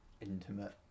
intimate